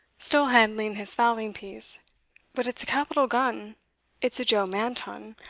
still handling his fowling-piece but it's a capital gun it's a joe manton,